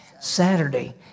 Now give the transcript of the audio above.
Saturday